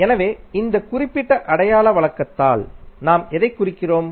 எனவே இந்த குறிப்பிட்ட அடையாள வழக்கத்தால் நாம் எதைக் குறிக்கிறோம்